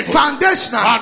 foundational